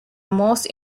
most